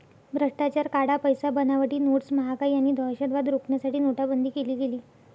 भ्रष्टाचार, काळा पैसा, बनावटी नोट्स, महागाई आणि दहशतवाद रोखण्यासाठी नोटाबंदी केली गेली